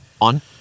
on